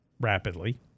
Rapidly